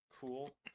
Cool